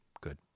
Good